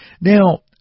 Now